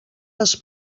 les